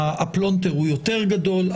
הפלונטר הוא יותר גדול.